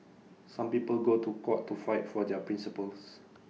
some people go to court to fight for their principles